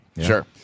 Sure